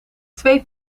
twee